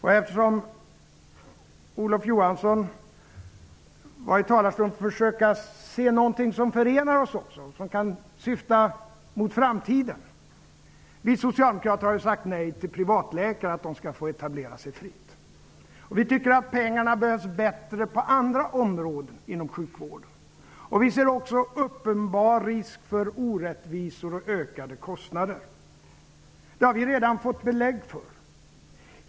Vi skall, Olof Johansson, se på någonting som förenar oss också och som är framåtsyftande. Vi socialdemokrater har sagt nej till att privatläkare skall få etablera sig fritt. Vi tycker att pengarna behövs bättre på andra områden inom sjukvården. Vi ser också en uppenbar risk för orättvisor och ökade kostnader. Det har vi redan fått belägg för.